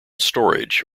storage